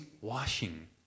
washing